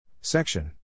Section